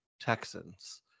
Texans